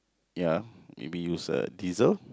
ya maybe use uh diesel